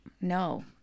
No